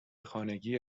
خانگی